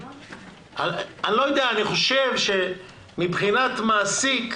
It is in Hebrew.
אני לא יודע, אני חושב שמבחינת מעסיק,